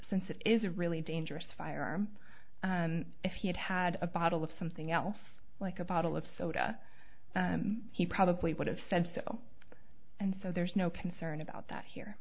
since it is a really dangerous firearm if he had had a bottle of something else like a bottle of soda he probably would have said so and so there's no concern about that